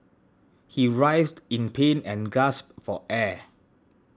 he writhed in pain and gasped for air